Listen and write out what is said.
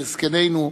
בזקנינו,